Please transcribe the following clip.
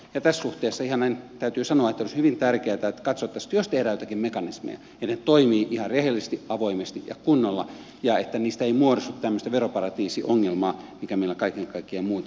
tässä suhteessa täytyy sanoa että olisi hyvin tärkeätä että katsottaisiin että jos tehdään joitakin mekanismeja niin ne toimivat ihan rehellisesti avoimesti ja kunnolla ja niistä ei muodostu tämmöistä veroparatiisiongelmaa mikä meille kaiken kaikkiaan muuten on tullut